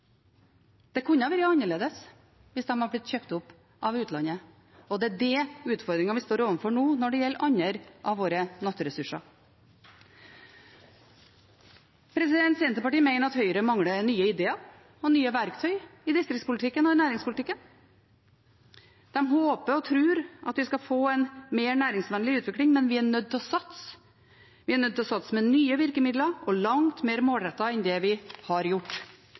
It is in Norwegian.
Det kunne ha vært annerledes hvis de hadde blitt kjøpt opp av utlandet. Det er den utfordringen vi står overfor nå, når det gjelder andre av våre naturressurser. Senterpartiet mener at Høyre mangler nye ideer og nye verktøy i distriktspolitikken og næringspolitikken. De håper og tror at vi skal få en mer næringsvennlig utvikling, men vi er nødt til å satse. Vi er nødt til å satse med nye virkemidler og langt mer målrettet enn det vi har gjort.